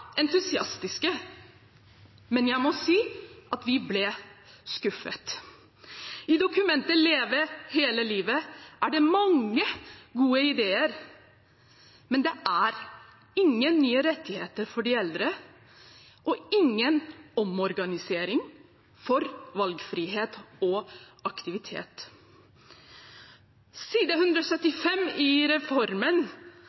entusiastiske, men jeg må si at vi ble skuffet. I dokumentet «Leve hele livet» er det mange gode ideer, men det er ingen nye rettigheter for de eldre og ingen omorganisering for valgfrihet og aktivitet. På side 175 i reformen, om økonomiske og